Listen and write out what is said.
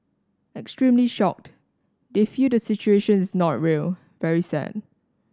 extremely shocked they feel the situation is not real very sad